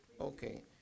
Okay